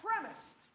premised